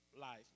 life